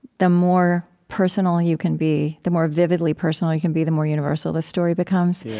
the more personal you can be, the more vividly personal you can be, the more universal the story becomes.